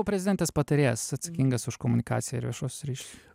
prezidentės patarėjas atsakingas už komunikaciją ir viešuosius ryšius